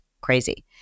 Crazy